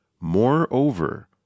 Moreover